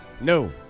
No